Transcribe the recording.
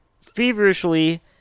feverishly